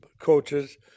coaches